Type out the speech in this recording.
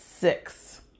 six